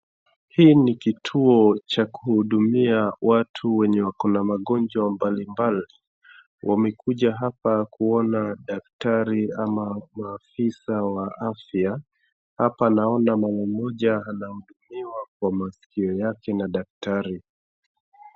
Hii ni kituo cha kuhudumia watu wenye wako na magonjwa mbalimbali, wamekuja hapa kuona daktari ama maafisa wa afya, hapa naona mwanamke mmoja anahudumiwa kwa masikio yake na daktari.